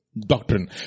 doctrine